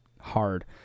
hard